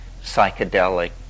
psychedelic